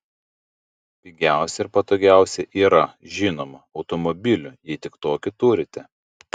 pigiausia ir patogiausia yra žinoma automobiliu jei tik tokį turite